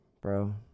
Bro